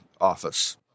office